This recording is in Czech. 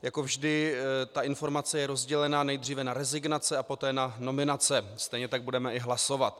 Jako vždy ta informace je rozdělena nejdříve na rezignace a poté na nominace, stejně tak budeme i hlasovat.